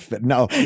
No